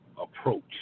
approach